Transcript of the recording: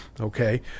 Okay